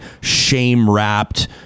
shame-wrapped